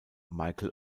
michael